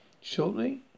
Shortly